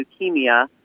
leukemia